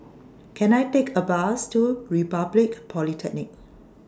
Can I Take A Bus to Republic Polytechnic